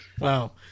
Wow